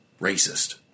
racist